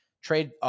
Trade